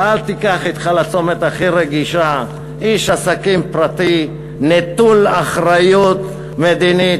ואל תיקח אתך לצומת הכי רגיש איש עסקים פרטי נטול אחריות מדינית,